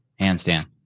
handstand